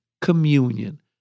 communion